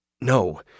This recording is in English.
No